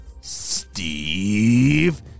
Steve